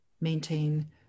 maintain